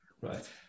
right